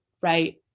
right